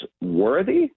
worthy